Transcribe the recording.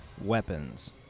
Weapons